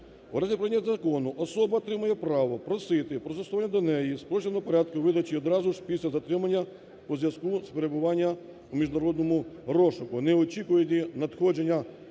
У разі прийняття закону особа отримає право просити про застосування до неї спрощеного порядку і видачі одразу ж після затримання у зв’язку з перебуванням в міжнародному розшуку, не очікуючи надходження